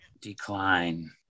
Decline